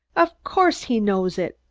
of course he knows it!